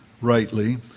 rightly